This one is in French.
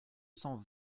cent